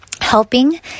helping